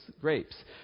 grapes